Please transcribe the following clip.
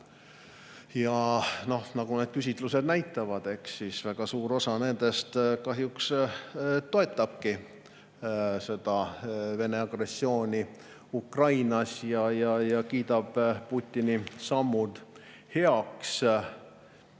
Ja noh, nagu küsitlused näitavad, väga suur osa nendest kahjuks toetabki Vene agressiooni Ukrainas ja kiidab Putini sammud heaks.